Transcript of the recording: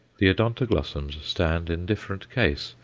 the odontoglossum stands in different case.